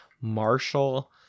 Marshall